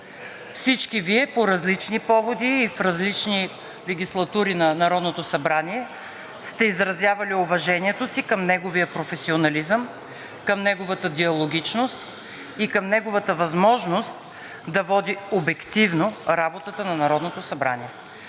Всички Вие по различни поводи и в различни легислатури на Народното събрание сте изразявали уважението си към неговия професионализъм, към неговата диалогичност и към неговата възможност да води обективно работата на Народното събрание,